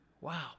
Wow